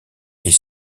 est